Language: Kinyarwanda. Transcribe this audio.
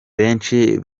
benshi